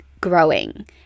growing